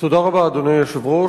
אדוני היושב-ראש,